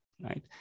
right